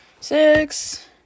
Six